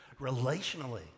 relationally